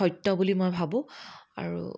সত্য বুলি মই ভাবোঁ আৰু